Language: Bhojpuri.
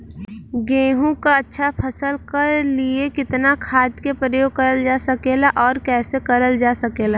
गेहूँक अच्छा फसल क लिए कितना खाद के प्रयोग करल जा सकेला और कैसे करल जा सकेला?